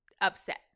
upset